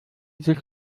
sich